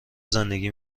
زندگی